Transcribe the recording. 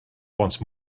once